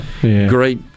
great